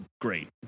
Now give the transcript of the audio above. great